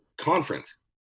conference